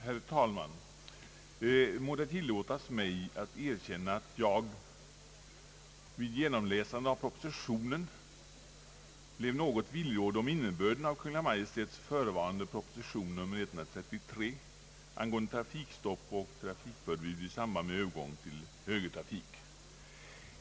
Herr talman! Må det tillåtas mig att erkänna att jag vid genomläsandet av propositionen blev något villrådig om innebörden av Kungl. Maj:ts förevarande proposition nr 133 angående trafikstopp och trafikförbud i samband med övergång till högertrafik.